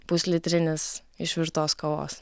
puslitrinis išvirtos kavos